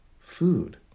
food